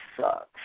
sucks